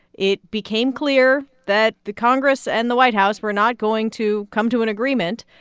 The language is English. it became clear that the congress and the white house were not going to come to an agreement.